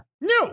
No